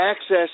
access